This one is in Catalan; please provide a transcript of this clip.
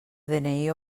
dni